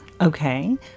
Okay